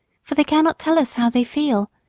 for they cannot tell us how they feel,